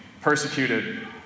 persecuted